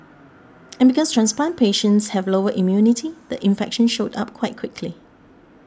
and because transplant patients have lower immunity the infection showed up quite quickly